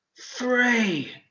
three